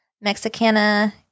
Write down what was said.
Mexicana